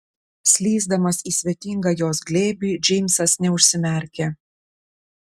slysdamas į svetingą jos glėbį džeimsas neužsimerkė